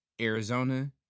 Arizona